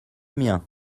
mien